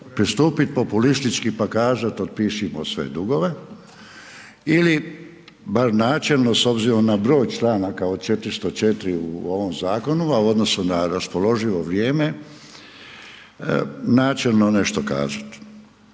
pristupiti .../Govornik se ne razumije./... otpišimo sve dugove ili bar načelno, s obzirom na broj članaka od 404 u ovom zakonu, a u odnosu na raspoloživo vrijeme, načelno nešto kazati.